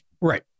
Right